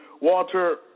Walter